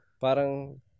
Parang